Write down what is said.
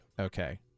okay